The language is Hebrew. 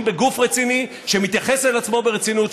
בגוף רציני שמתייחס אל עצמו ברצינות,